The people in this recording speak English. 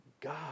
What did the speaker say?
God